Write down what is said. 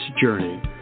journey